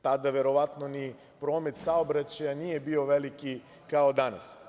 Tada, verovatno, ni promet saobraćaja nije bio veliki, kao danas.